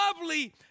lovely